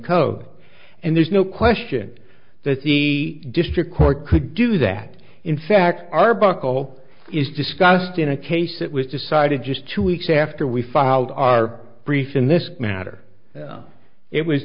code and there's no question that the district court could do that in fact arbuckle is discussed in a case that was decided just two weeks after we filed our brief in this matter it was